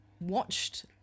watched